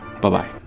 Bye-bye